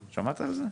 שמעת על זה?